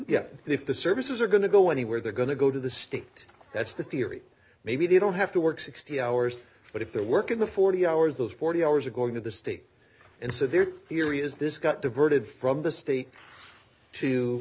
yet if the services are going to go anywhere they're going to go to the state that's the theory maybe they don't have to work sixty hours but if they work in the forty hours those forty hours are going to the state and so their theory is this got diverted from the state to